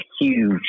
huge